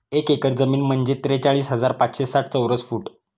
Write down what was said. एक एकर जमीन म्हणजे त्रेचाळीस हजार पाचशे साठ चौरस फूट